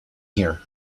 here